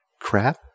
Crap